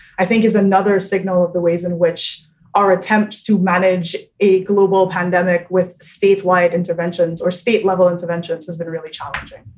i think is another signal of the ways in which our attempts to manage a global pandemic with statewide interventions or state level interventions has been really challenging